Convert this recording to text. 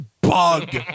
bug